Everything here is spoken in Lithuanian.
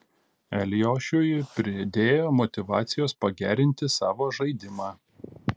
eliošiui pridėjo motyvacijos pagerinti savo žaidimą